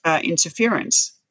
interference